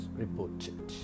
reported